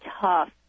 tough